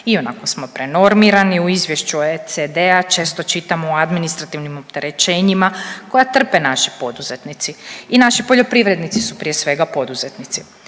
I onako smo prenormirani u izvješću OECD-a često čitamo o administrativnim opterećenjima koja trpe naši poduzetnici. I naši poljoprivrednici su prije svega poduzetnici.